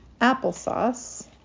applesauce